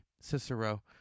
Cicero